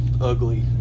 ugly